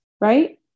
Right